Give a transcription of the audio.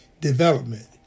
development